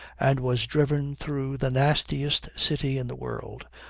and was driven through the nastiest city in the world,